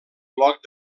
bloc